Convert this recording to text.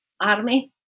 army